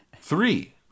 three